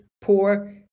poor